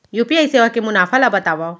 UPI सेवा के मुनाफा ल बतावव?